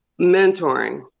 Mentoring